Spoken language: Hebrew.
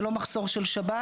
זה לא מחסור של שב"ס.